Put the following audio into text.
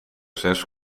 zes